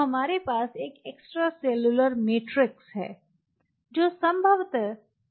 तो हमारे पास एक एक्स्ट्रासेलुलर मैट्रिक्स है जो संभवतः या सरफेस पर जमा है